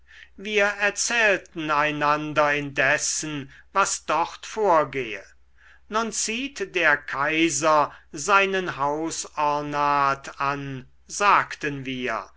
wir erzählten einander indessen was dort vorgehe nun zieht der kaiser seinen hausornat an sagten wir